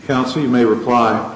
counsel you may reply